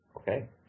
Okay